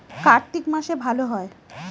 কার্তিক মাসে ভালো হয়?